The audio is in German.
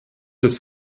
des